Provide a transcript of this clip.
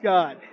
God